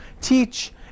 teach